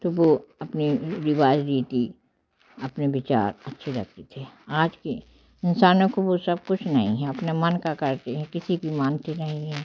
तो वो अपनी रिवाज रीति अपने विचार अच्छी रहती थी आज की इंसानों को वो सब कुछ नहीं है अपने मन का करते है किसी की मनाते नहीं हैं